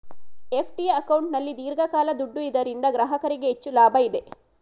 FD ಅಕೌಂಟಲ್ಲಿ ದೀರ್ಘಕಾಲ ದುಡ್ಡು ಇದರಿಂದ ಗ್ರಾಹಕರಿಗೆ ಹೆಚ್ಚು ಲಾಭ ಇದೆ